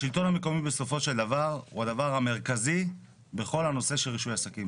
השלטון המקומי בסופו של דבר הוא הדבר המרכזי בכל הנושא של רישוי עסקים.